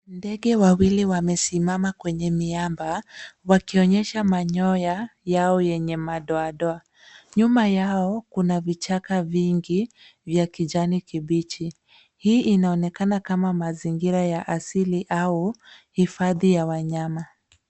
Ndege wawili wamesimama kwenye miamba wakionyesha manyoya yao yenye madoadoa. Nyuma yao kuna vichaka vingi vya kijani kibichi. Hii inaonekana kama mazingira ya asili au hifandi ya wanyama.